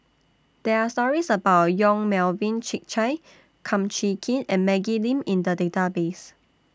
There Are stories about Yong Melvin Yik Chye Kum Chee Kin and Maggie Lim in The Database